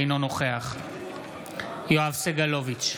אינו נוכח יואב סגלוביץ'